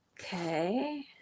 okay